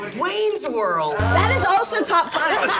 wayne's world! that is also top five!